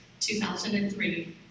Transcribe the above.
2003